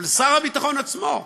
אבל שר הביטחון עצמו.